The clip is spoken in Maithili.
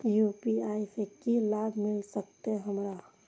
यू.पी.आई से की लाभ मिल सकत हमरा?